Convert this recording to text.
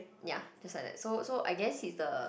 ya just like that so so I guess he's the